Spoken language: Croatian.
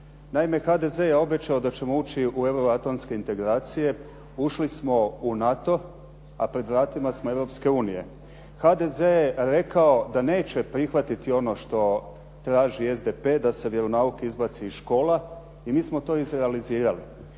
Naime, HDZ je obećao da ćemo ući u euroatlanske integracije, ušli smo u NATO a pred vratima smo Europske unije. HDZ je rekao da neće prihvatiti ono što traži SDP da se vjeronauk izbaci iz škola. I mi smo to izrealizirali.